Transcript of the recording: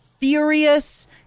furious